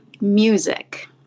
music